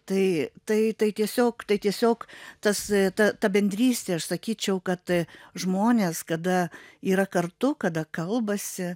tai tai tai tiesiog tai tiesiog tas ta ta bendrystė aš sakyčiau kad žmonės kada yra kartu kada kalbasi